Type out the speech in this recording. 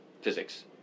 physics